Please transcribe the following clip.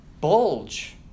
bulge